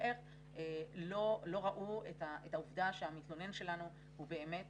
איך לא ראו את העובדה שהמתלונן שלנו הוא באמת